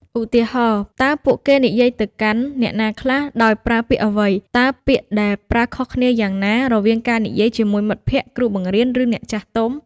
ឧទាហរណ៍ តើពួកគេនិយាយទៅកាន់អ្នកណាខ្លះ ដោយប្រើពាក្យអ្វី? តើពាក្យដែលប្រើខុសគ្នាយ៉ាងណា រវាងការនិយាយជាមួយមិត្តភក្ដិ គ្រូបង្រៀន ឬអ្នកចាស់ទុំ?